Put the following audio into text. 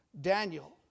Daniel